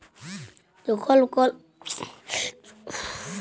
যখল কল মালুস বা সংস্থার সমস্ত ক্যাপিটাল ফুরাঁয় যায় তখল তাকে ব্যাংকরূপটিসি ব্যলে